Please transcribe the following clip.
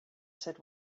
said